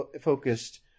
focused